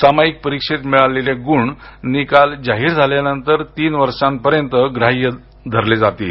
सामायिक परीक्षेत मिळालेले गुण निकाल जाहीर झाल्यानंतर तीन वर्षांपर्यंत ग्राह्य धरले जातील